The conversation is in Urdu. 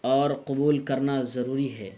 اور قبول کرنا ضروری ہے